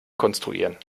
konstruieren